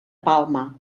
palma